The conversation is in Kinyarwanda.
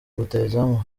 rutahizamu